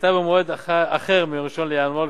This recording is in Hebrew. שתחילתה במועד אחר מ-1 בינואר.